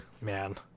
man